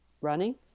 Running